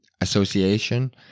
association